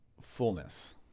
fullness